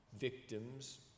victims